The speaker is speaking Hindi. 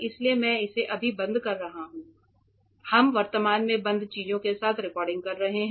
इसलिए मैं इसे अभी बंद कर रहा हूं इसलिए हम वर्तमान में बंद चीजों के साथ रिकॉर्डिंग कर रहे हैं